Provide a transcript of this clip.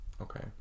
Okay